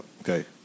Okay